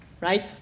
right